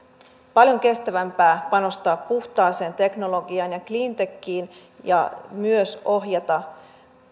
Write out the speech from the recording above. paljon kestävämpää panostaa puhtaaseen teknologiaan ja cleantechiin ja ohjata